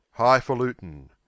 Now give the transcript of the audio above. highfalutin